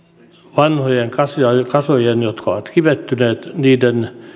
vanhojen kasojen kasojen jotka ovat kivettyneet